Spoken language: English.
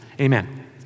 Amen